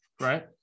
right